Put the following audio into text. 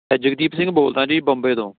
ਜਗਦੀਪ ਸਿੰਘ ਬੋਲਦਾ ਜੀ ਬੰਬੇ ਤੋਂ